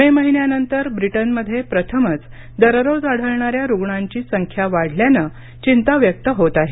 मे महिन्यानंतर ब्रिटनमध्ये प्रथमच दररोज आढळणाऱ्या रुग्णांची संख्या वाढल्यानं चिंता व्यक्त होत आहे